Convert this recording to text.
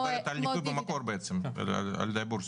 אבל את מקבלת על ניכוי במקור בעצם על ידי הבורסה.